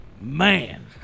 Man